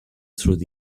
through